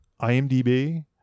IMDb